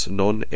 non